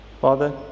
Father